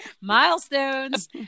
Milestones